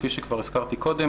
כפי שכבר הזכרתי קודם,